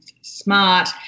smart